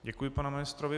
Děkuji panu ministrovi.